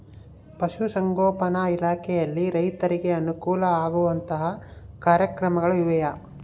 ಪಶುಸಂಗೋಪನಾ ಇಲಾಖೆಯಲ್ಲಿ ರೈತರಿಗೆ ಅನುಕೂಲ ಆಗುವಂತಹ ಕಾರ್ಯಕ್ರಮಗಳು ಇವೆಯಾ?